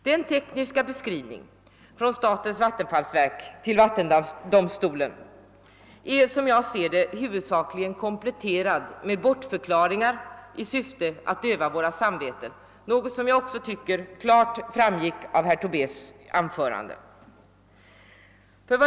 Den tekniska beskrivningen från statens vattenfallsverk till vattendomstolen är som jag ser det huvudsakligen kompletterad med bortförklaringar i syfte att döva våra samveten, något som jag också tycker klart framgick av herr Tobés anförande.